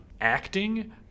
Acting